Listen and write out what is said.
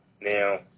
Now